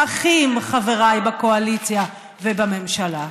ומגוחכים, חבריי בקואליציה ובממשלה.